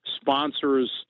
sponsors